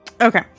Okay